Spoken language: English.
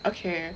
okay